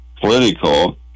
political